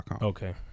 Okay